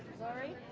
sorry,